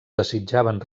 desitjaven